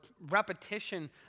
repetition